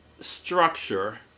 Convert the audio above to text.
structure